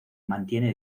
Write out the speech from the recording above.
mantiene